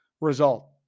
result